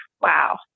Wow